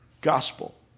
gospel